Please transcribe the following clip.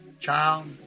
child